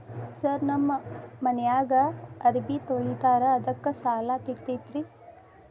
Sir ನಮ್ಮ ಮನ್ಯಾಗ ಅರಬಿ ತೊಳಿತಾರ ಅದಕ್ಕೆ ಸಾಲ ಸಿಗತೈತ ರಿ?